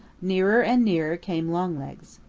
nearer and nearer came longlegs.